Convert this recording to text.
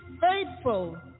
faithful